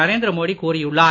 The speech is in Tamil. நரேந்திர மோடி கூறியுள்ளார்